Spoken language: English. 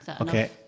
Okay